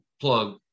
plug